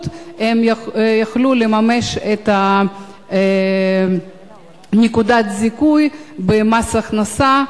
הם יוכלו לממש את נקודת הזיכוי במס הכנסה,